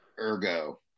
ergo